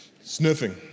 sniffing